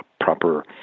proper